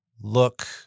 Look